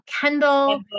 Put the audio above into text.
Kendall